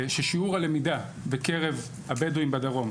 זה ששיעור הלמידה בקרב הבדואים בדרום,